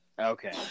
Okay